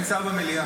אין שר במליאה.